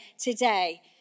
today